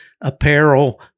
apparel